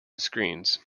screens